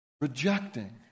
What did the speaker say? rejecting